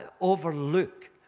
overlook